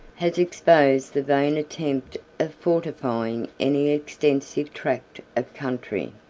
has exposed the vain attempt of fortifying any extensive tract of country.